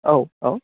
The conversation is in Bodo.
औ औ